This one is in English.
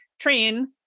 train